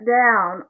down